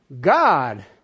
God